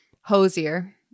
hosier